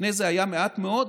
שלפניהן זה היה מעט מאוד,